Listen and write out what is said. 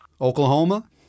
Oklahoma